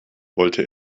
wollte